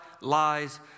lies